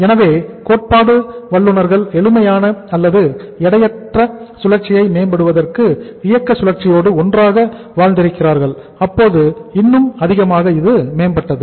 எனவே கோட்பாடு வல்லுனர்கள் எளிமையான அல்லது எடையற்ற சுழற்சியை மேம்படுத்துவதற்கு இயக்கச் சுழற்சியோடு ஒன்றாக வாழ்ந்திருக்கிறார்கள் அப்போது இன்னும் அதிகமாக இது மேம்பட்டது